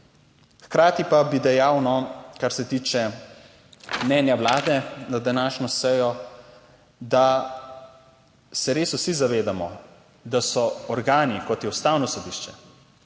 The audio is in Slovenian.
Hkrati pa bi dejal, kar se tiče mnenja Vlade na današnjo sejo, da se res vsi zavedamo, da so organi, kot je Ustavno sodišče,